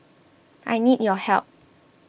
I need your help